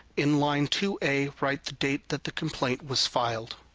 in line two a, write the date that the complaint was filed.